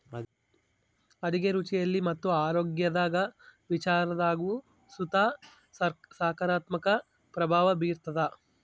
ಅಡುಗೆ ರುಚಿಯಲ್ಲಿ ಮತ್ತು ಆರೋಗ್ಯದ ವಿಚಾರದಾಗು ಸುತ ಸಕಾರಾತ್ಮಕ ಪ್ರಭಾವ ಬೀರ್ತಾದ